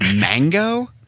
mango